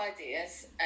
ideas